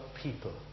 people